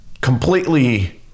completely